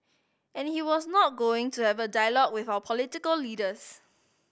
and he was not going to have a dialogue with our political leaders